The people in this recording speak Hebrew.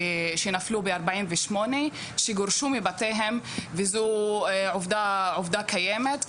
שנפלו ב-48', שגורשו מבתיהם, וזו עובדה קיימת.